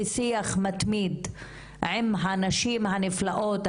בשיח מתמיד עם הנשים הנפלאות,